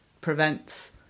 prevents